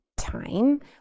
time